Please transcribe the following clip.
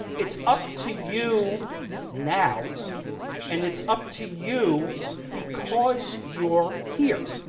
it's up to you now and it's up to you because you're here.